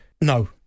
No